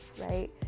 right